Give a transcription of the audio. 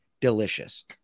delicious